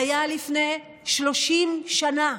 היה לפני 30 שנה.